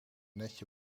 netje